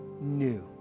new